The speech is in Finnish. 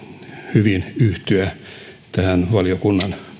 hyvin yhtyä tähän valiokunnan